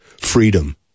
freedom